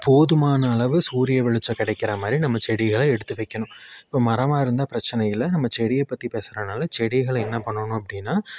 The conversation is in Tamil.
போதுமான அளவு சூரிய வெளிச்சம் கிடைக்குற மாதிரி நம்ம செடிகளை எடுத்து வைக்கணும் இப்போ மரமாக இருந்தால் பிரச்சினை இல்லை நம்ம செடியை பற்றி பேசுகிறனால செடிகள் என்ன பண்ணணும் அப்படின்னா